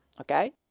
okay